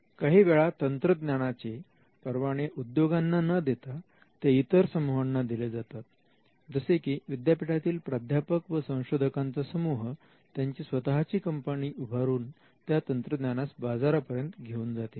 काही वेळा नवतंत्रज्ञानाचे परवाने उद्योगांना न देता ते इतर समूहांना दिले जाते जसे की विद्यापीठातील प्राध्यापक व संशोधकांचा समूह त्यांची स्वतःची कंपनी उभारून त्या तंत्रज्ञानास बाजारापर्यंत घेऊन जातील